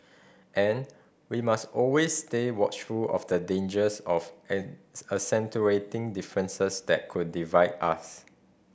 and we must always stay watchful of the dangers of an accentuating differences that could divide us